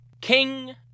King